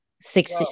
six